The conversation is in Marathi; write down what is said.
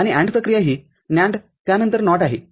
आणि AND प्रक्रिया ही NAND त्यानंतर NOT आहे